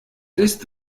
ist